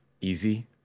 easy